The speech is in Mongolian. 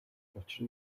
учир